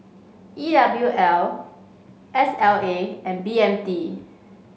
E W L S L A and B M T